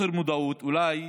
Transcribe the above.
אולי